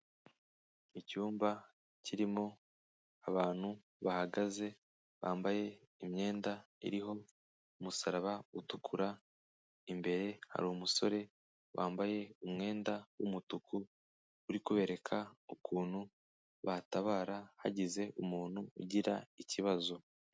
Icyumba kirimo abantu bahagaze bambaye imyenda iriho umusaraba utukura, imbere hari umusore wambaye umwenda w'umutuku, uri kubereka ukuntu batabara, hagize umuntu ugira ikibazo.